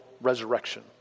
resurrection